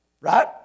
Right